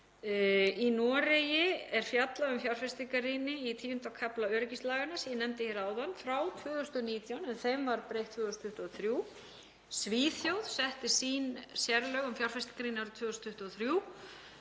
Í Noregi er fjallað um fjárfestingarýni í 10. kafla öryggislaganna sem ég nefndi hér áðan frá 2019, en þeim var breytt 2023. Svíþjóð setti sín sérlög um fjárfestingarýni árið 2023.